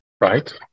right